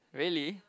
really